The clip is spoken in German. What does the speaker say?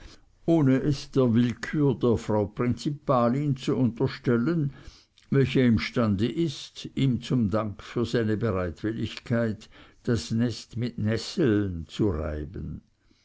ohne es der willkür der frau prinzipalin zu unterstellen welche imstande ist ihm zum dank für seine bereitwilligkeit das nest mit nesseln zu reiben